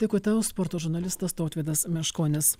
dėkui tau sporto žurnalistas tautvydas meškonis